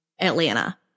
Atlanta